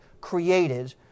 created